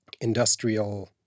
industrial